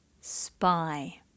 spy